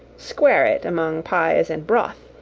square it among pies and broth.